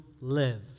live